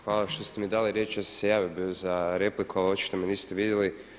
Hvala što ste mi dali riječ jer sam se javio bio za repliku, ali očito me niste vidjeli.